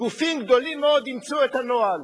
גופים גדולים מאוד אימצו את הנוהל,